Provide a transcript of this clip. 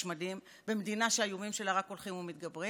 מדים במדינה שהאיומים עליה רק הולכים ומתגברים,